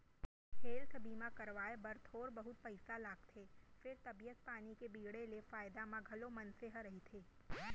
health बीमा करवाए बर थोर बहुत पइसा लागथे फेर तबीयत पानी के बिगड़े ले फायदा म घलौ मनसे ह रहिथे